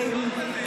לא ראיתי דבר כזה.